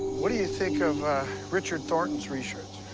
what do you think of richard thornton's research?